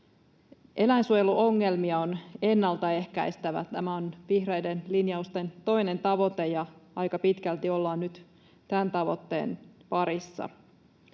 Eläinsuojeluongelmia on ennaltaehkäistävä. Tämä on vihreiden linjausten toinen tavoite, ja aika pitkälti ollaan nyt tämän tavoitteen parissa.